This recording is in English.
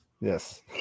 Yes